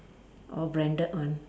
all branded one